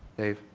dave?